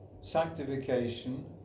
Sanctification